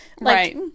Right